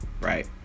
right